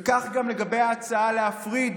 וכך גם לגבי ההצעה להפריד